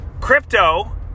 Crypto